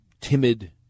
timid